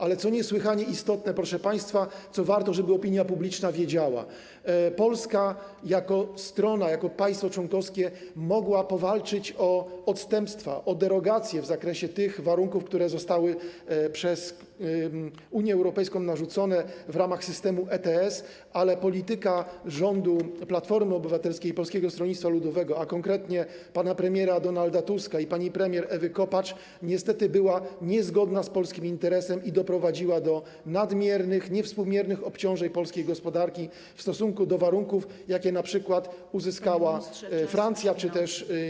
Ale co niesłychanie istotne, proszę państwa, co warto, żeby opinia publiczna wiedziała: Polska jako strona, jako państwo członkowskie mogła powalczyć o odstępstwa, o derogacje w zakresie tych warunków, które zostały narzucone przez Unię Europejską w ramach systemu ETS, ale polityka rządu Platformy Obywatelskiej i Polskiego Stronnictwa Ludowego, a konkretnie pana premiera Donalda Tuska i pani premier Ewy Kopacz, niestety była niezgodna z polskim interesem i doprowadziła do nadmiernych, niewspółmiernych obciążeń polskiej gospodarki w stosunku do warunków, jakie np. uzyskała Francja czy też Niemcy.